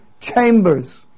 chambers